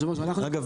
אגב,